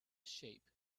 shape